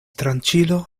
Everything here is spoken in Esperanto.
tranĉilo